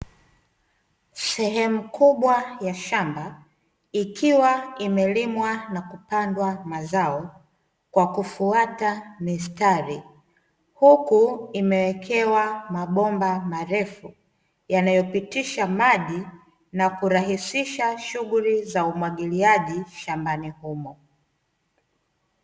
Sehemu kubwa ya shamba, ikiwa imelimwa na kupanda mazao kwa kufuata mistari, huku imewekewa mabomba marefu yanayopitisha maji na kurahisisha shughuli za umwagiliaji shambani humo.